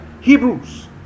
Hebrews